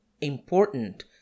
important